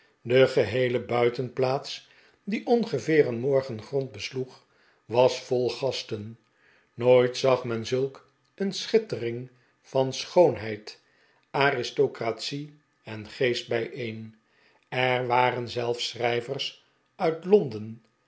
de geheele buitenplaats die ongeveer een morgen grond besloeg was vol gasten nooit zag men zulk een schittering van schoonheid aristocratic en geest bijeen er waren zelfs schrijvers uit londen